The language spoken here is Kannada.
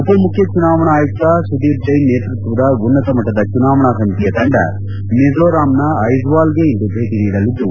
ಉಪ ಮುಖ್ಯ ಚುನಾವಣಾ ಆಯುಕ್ತ ಸುದೀಪ್ ಜೈನ್ ನೇತೃತ್ವದ ಉನ್ನತ ಮಟ್ಟದ ಚುನಾವಣಾ ಸಮಿತಿಯ ತಂಡ ಮಿಜೋರಾಂನ ಐಜ್ವಾಲ್ಗೆ ಇಂದು ಭೇಟಿ ನೀಡಲಿದ್ದು